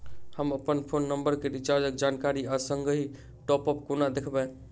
हम अप्पन phone number केँ रिचार्जक जानकारी आ संगहि टॉप अप कोना देखबै?